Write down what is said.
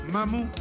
Mamu